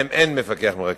שאין להם מפקח מרכז.